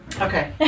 Okay